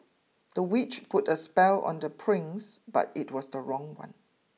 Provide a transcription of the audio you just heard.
the witch put a spell on the prince but it was the wrong one